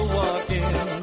walking